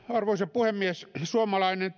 arvoisa puhemies suomalainen